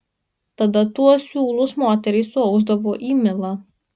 tada tuos siūlus moterys suausdavo į milą